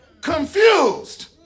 Confused